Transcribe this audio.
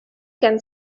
again